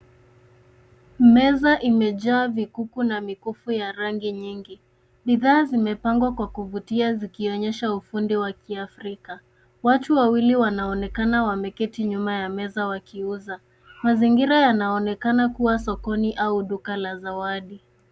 Meza imejaa vikuku na mikufu ya rangi nyingi, bidhaa zimepangwa kwa kuvutia zikionyesha ufundi wa kiafrika, watu wawili wanaonekana wameketi nyuma ya meza wakiuza. Mazingira yanaonekana kua sokoni au duka la zawadi.